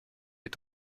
est